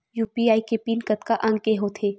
UPI के PIN कतका अंक के होथे?